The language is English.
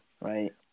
Right